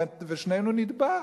ושנינו נטבע.